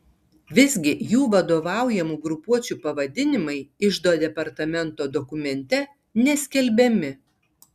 visgi jų vadovaujamų grupuočių pavadinimai iždo departamento dokumente neskelbiami